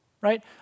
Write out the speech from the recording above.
Right